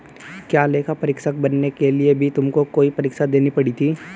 क्या लेखा परीक्षक बनने के लिए भी तुमको कोई परीक्षा देनी पड़ी थी?